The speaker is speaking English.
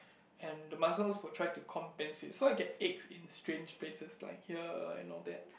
and the muscles will try to compensate so I get aches in strange places like here and all that